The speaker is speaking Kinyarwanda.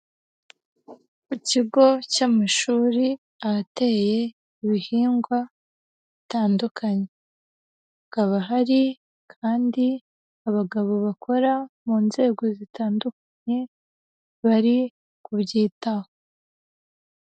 Ku kigo cy'amashuri ahateye ibihingwa bitandukanye, hakaba hari kandi abagabo bakora mu nzego zitandukanye, bari kubyitaho.